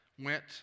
went